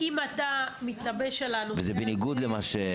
אם אתה מתלבש על הנושא הזה --- וזה בניגוד למה ש...